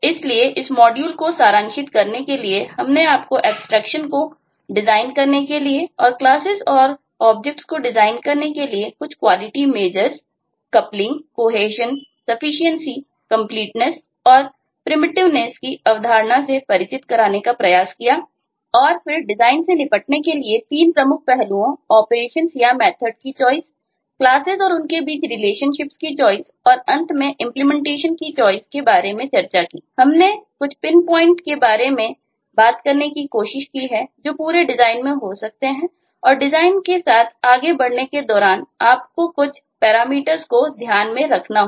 इसलिए इस मॉड्यूल को सारांशित करने के लिए हमने आपको एब्सट्रैक्शन को डिज़ाइन करने के लिए और क्लासेस और ऑब्जेक्ट्स को डिज़ाइन करने के लिए कुछ क्वालिटी मेज़र्स को ध्यान में रखना होगा